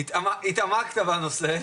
התעמקת בנושא.